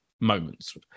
moments